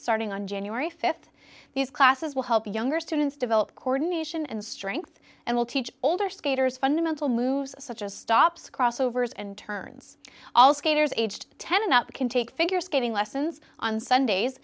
starting on january th these classes will help younger students develop coordination and strength and will teach older skaters fundamental moves such as stops crossovers and turns all skaters aged ten and up can take figure skating lessons on sundays